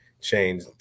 change